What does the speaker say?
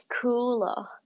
cooler